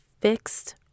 fixed